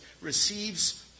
receives